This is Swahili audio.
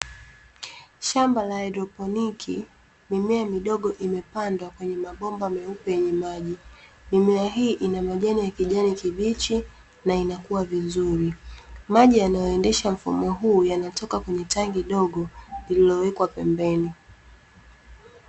Shamba la haidroponiki, mimea midogo imepandwa kwenye mabomba meupe yenye maji, mimea hii ina majani ya kijani kibichi na inakua vizuri, maji yanayoendesha mfumo huu yanatoka kwenye tangi dogo lililowekwa pembeni.